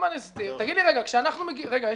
אנחנו